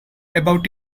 about